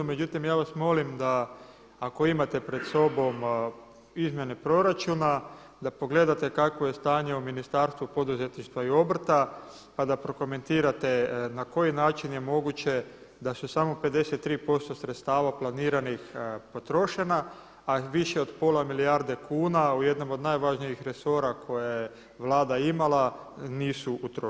Međutim, ja vas molim da ako imate pred sobom izmjene proračuna da pogledate kakvo je stanje u Ministarstvu poduzetništva i obrta pa da prokomentirate na koji način je moguće da su samo 53% sredstava planiranih potrošena, a više od pola milijarde kuna u jednom od najvažnijih resora koje je Vlada imala nisu utrošena.